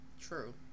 true